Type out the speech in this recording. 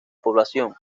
población